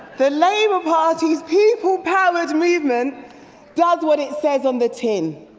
the labour party's people-powered movement does what it says on the tin